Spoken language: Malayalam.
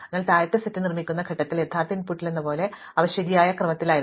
അതിനാൽ താഴത്തെ സെറ്റ് നിർമ്മിക്കുന്ന ഘട്ടത്തിൽ യഥാർത്ഥ ഇൻപുട്ടിലെന്നപോലെ അവ ശരിയായ ക്രമത്തിലായിരുന്നു